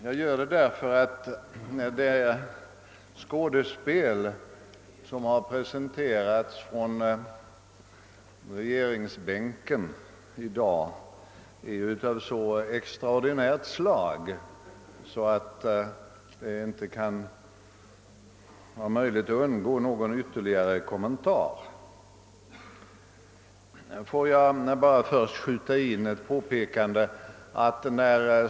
Jag gör det därför att det skådespel som i dag presenterats från regeringsbänken är av så extraordinärt slag, att det inte är möjligt att avstå från ytterligare någon kommentar. Får jag emellertid först skjuta in en parentes.